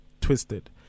twisted